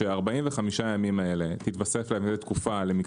ש-45 ימים האלה יתוסף תקופה של 15 ימים למשל,